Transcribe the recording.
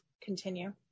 continue